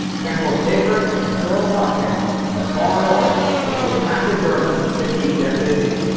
generals evert and kuropatkin in the far north were to attack the germans to keep them busy.